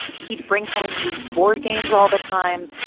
he'd bring home used board games all the time.